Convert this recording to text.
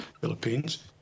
Philippines